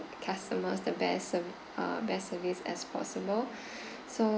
customers the best ser~ uh best service as possible so